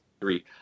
three